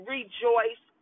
Rejoice